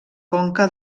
conca